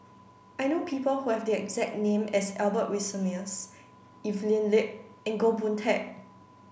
I know people who have the exact name as Albert Winsemius Evelyn Lip and Goh Boon Teck